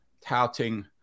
touting